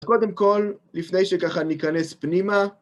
קודם כל, לפני שככה ניכנס פנימה,